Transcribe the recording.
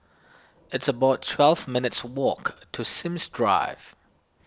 it's about twelve minutes' walk to Sims Drive